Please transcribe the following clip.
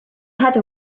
heather